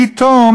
פתאום,